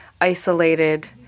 isolated